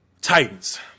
Titans